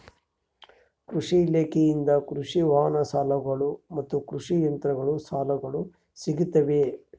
ಕೃಷಿ ಇಲಾಖೆಯಿಂದ ಕೃಷಿ ವಾಹನ ಸಾಲಗಳು ಮತ್ತು ಕೃಷಿ ಯಂತ್ರಗಳ ಸಾಲಗಳು ಸಿಗುತ್ತವೆಯೆ?